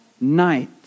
night